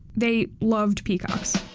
they, loved peacocks